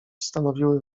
stanowiły